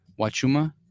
Wachuma